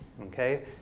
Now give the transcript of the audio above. okay